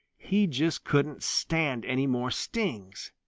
he just couldn't stand any more stings.